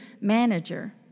manager